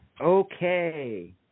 Okay